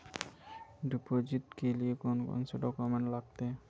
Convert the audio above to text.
Deposit के लिए कौन कौन से डॉक्यूमेंट लगते?